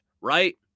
right